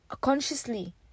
consciously